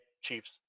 Chiefs